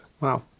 Wow